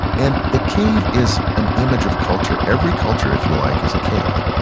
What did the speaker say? and the cave is an image of culture. every culture, if you like, is a cave,